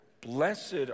blessed